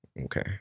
Okay